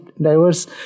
diverse